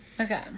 okay